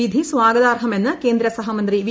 വിധി സ്വാഗതാർഹമെന്ന് കേന്ദ്ര സഹ്മിന്തി വി